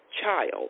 child